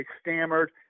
stammered